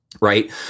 Right